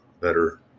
better